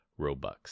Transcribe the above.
Robux